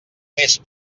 més